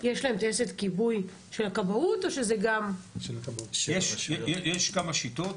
יש שם טייסת כיבוי של הכבאות או שזה גם --- יש כמה שיטות,